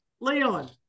Leon